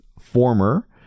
former